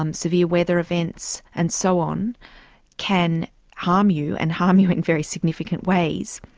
um severe weather events and so on can harm you and harm you in very significant ways,